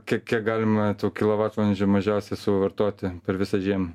kiek kiek galima tų kilovatvalandžių mažiausia suvartoti per visą žiemą